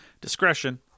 Discretion